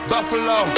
Buffalo